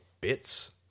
bits